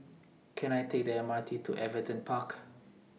Can I Take The MRT to Everton Park